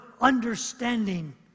understanding